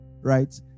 right